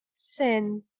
sen.